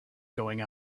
going